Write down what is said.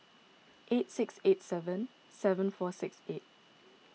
eight six eight seven seven four six eight